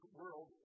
world